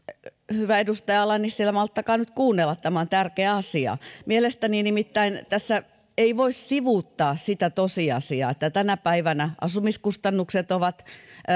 hyvä edustaja ala nissilä malttakaa nyt kuunnella tämä on tärkeä asia ei nimittäin voi sivuuttaa sitä tosiasiaa että tänä päivänä asumiskustannukset ovat